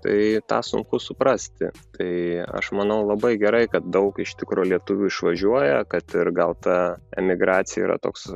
tai tą sunku suprasti tai aš manau labai gerai kad daug iš tikro lietuvių išvažiuoja kad ir gal ta emigracija yra toks